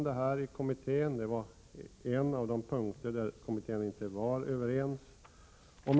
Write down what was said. Detta var en av de punkter där kommittén inte var helt enig.